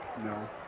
No